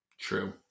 True